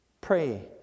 Pray